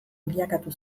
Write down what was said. bilakatu